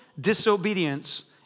disobedience